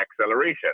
acceleration